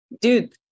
dude